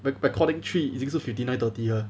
re~ recording three 已经是 fifty nine thirty 了